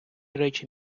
речі